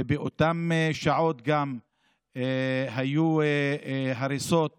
ובאותן שעות גם היו הריסות